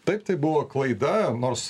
taip tai buvo klaida nors